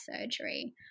surgery